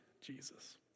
Jesus